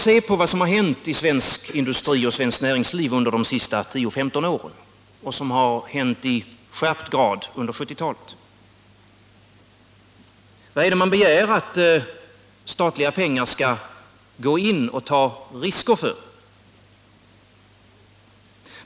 Se på vad som hänt inom svenskt näringsliv under de senaste 10-15 åren och som skärpts under 1970-talet! På vilka industrier har man velat satsa statliga medel, för vilka har man velat ta risker?